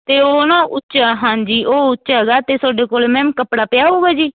ਅਤੇ ਉਹ ਨਾ ਉੱਚਾ ਹਾਂਜੀ ਉਹ ਉੱਚਾ ਹੈਗਾ ਅਤੇ ਤੁਹਾਡੇ ਕੋਲ ਮੈਮ ਕੱਪੜਾ ਪਿਆ ਹੋਊਗਾ ਜੀ